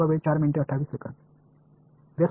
எனவே நேர்மாறாக இது இருக்கப்போகிறது